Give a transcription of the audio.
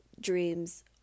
dreams